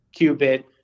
qubit